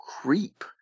creep